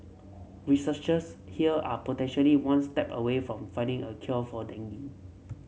researchers here are potentially one step away from finding a cure for dengue